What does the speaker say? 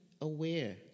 aware